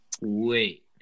Wait